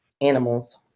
animals